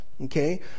Okay